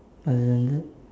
other than that